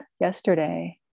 yesterday